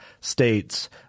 states